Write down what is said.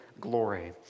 glory